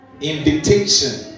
invitation